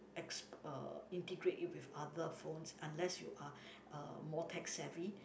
ex~ uh integrate it with other phones unless you are uh more tech savvy